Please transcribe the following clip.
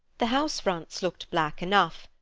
the house fronts looked black enough,